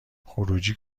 خروجی